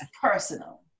personal